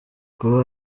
kuba